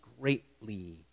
greatly